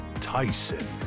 Tyson